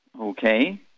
Okay